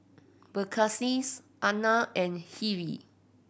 Verghese Anand and Hri